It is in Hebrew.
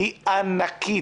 היא ענקית.